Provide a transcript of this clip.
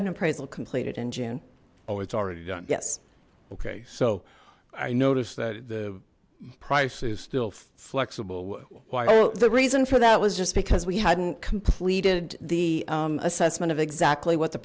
an appraisal completed in june oh it's already done yes okay so i noticed that the price is still flexible oh the reason for that was just because we hadn't completed the assessment of exactly what the